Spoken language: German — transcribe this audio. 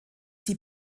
die